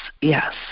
yes